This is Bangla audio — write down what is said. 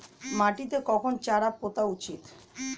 মাটিতে কখন চারা পোতা উচিৎ?